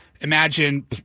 imagine